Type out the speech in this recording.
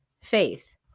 Faith